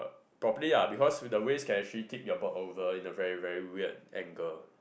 properly lah because the waves can actually tip your berk over in a very very weird angle